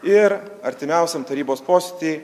ir artimiausiam tarybos posėdy